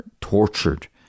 tortured